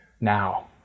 now